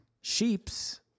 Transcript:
sheeps